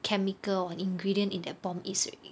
chemical or ingredient in that bomb is already